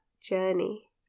journey